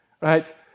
right